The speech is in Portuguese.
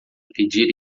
pedir